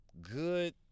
good